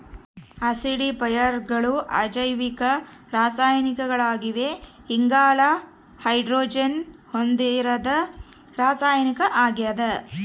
ಆಸಿಡಿಫೈಯರ್ಗಳು ಅಜೈವಿಕ ರಾಸಾಯನಿಕಗಳಾಗಿವೆ ಇಂಗಾಲ ಹೈಡ್ರೋಜನ್ ಹೊಂದಿರದ ರಾಸಾಯನಿಕ ಆಗ್ಯದ